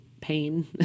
pain